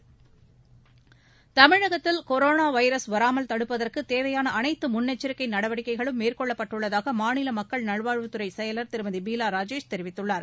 முருகன் தனா தமிழகத்தில் corona virus வராமல் தடுப்பதற்கு தேவையான அனைத்து முன்னெச்சரிக்கை நடவடிக்கைகளும் மேற்கொள்ளப்பட்டுள்ளதாக மாநில மக்கள் நல்வாழ்வுத்தறை செயலர் திருமதி பீலா ராஜேஷ் தெரிவித்துள்ளார்